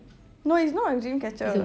no it's not a dreamcatcher